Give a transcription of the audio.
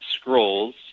scrolls